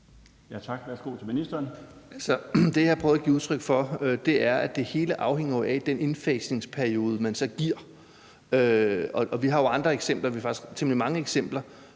(Jacob Jensen): Det, som jeg prøvede at give udtryk for, er jo, at det hele afhænger af den indfasningsperiode, man så giver, og vi har jo andre eksempler, vi har faktisk temmelig mange eksempler.